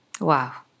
Wow